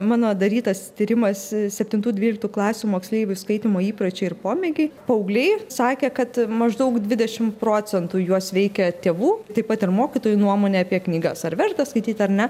mano darytas tyrimas septintų dvyliktų klasių moksleivių skaitymo įpročiai ir pomėgiai paaugliai sakė kad maždaug dvidešim procentų juos veikia tėvų taip pat ir mokytojų nuomonė apie knygas ar verta skaityti ar ne